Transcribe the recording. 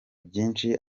byinshi